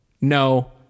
no